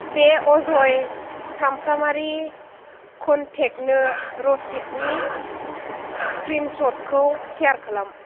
बे अजय चामफ्रामारि कनटेक्टनो रसिदनि स्क्रिनस'टखौ सेयार खालाम